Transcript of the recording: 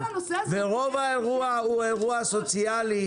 ורוב האירוע הוא האירוע הסוציאלי,